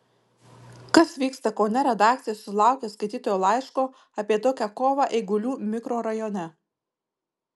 kas vyksta kaune redakcija sulaukė skaitytojo laiško apie tokią kovą eigulių mikrorajone